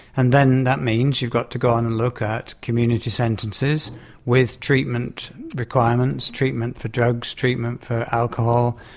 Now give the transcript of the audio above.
and then that means you've got to go on and look at community sentences with treatment requirements, treatment for drugs, treatment for alcohol,